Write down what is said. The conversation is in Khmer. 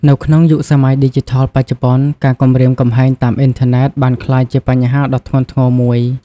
នៅក្នុងយុគសម័យឌីជីថលបច្ចុប្បន្ន ការគំរាមកំហែងតាមអ៊ីនធឺណិតបានក្លាយជាបញ្ហាដ៏ធ្ងន់ធ្ងរមួយ។